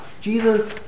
Jesus